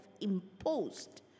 imposed